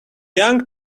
young